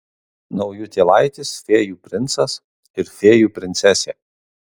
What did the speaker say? naujutėlaitis fėjų princas ir fėjų princesė